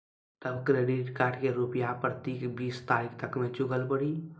तब credit card के रूपिया प्रतीक बीस तारीख तक मे चुकल पड़ी?